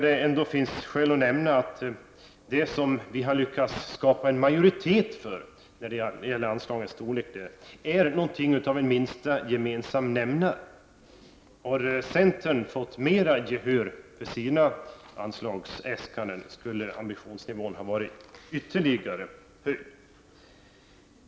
Det finns då skäl att nämna att det som vi har lyckats skapa en majoritet för när det gäller anslagens storlek är någonting av en minsta gemensam nämnare. Om centern hade fått mera gehör för sina anslagsäskanden skulle ambitionsnivån ha varit ännu högre.